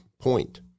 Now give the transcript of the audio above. point